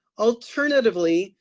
alternatively,